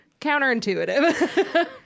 counterintuitive